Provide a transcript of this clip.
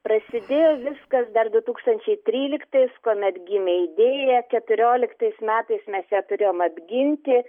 prasidėjo viskas dar du tūkstančiai tryliktais kuomet gimė idėja keturioliktais metais mes ją turėjom apginti